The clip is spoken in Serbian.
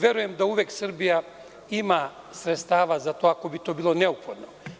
Verujem da uvek Srbija ima sredstava za to ako bi to bilo neophodno.